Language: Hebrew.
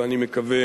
ואני מקווה